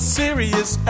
serious